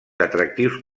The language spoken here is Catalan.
atractius